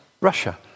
Russia